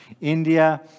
India